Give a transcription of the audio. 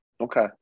Okay